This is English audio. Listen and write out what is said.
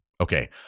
Okay